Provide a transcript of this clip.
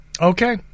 Okay